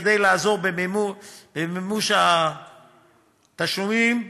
כדי לעזור במימוש התשלומים.